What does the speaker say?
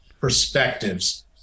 perspectives